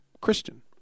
Christian